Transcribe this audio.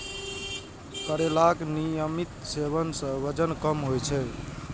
करैलाक नियमित सेवन सं वजन कम होइ छै